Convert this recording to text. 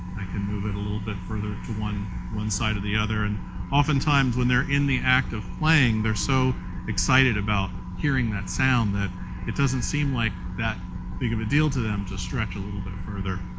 i can move it a little bit further to one one side of the other. and oftentimes when they're in the act of playing they're so excited about hearing that sound that it doesn't seem like that big of a deal to them to stretch a little bit further.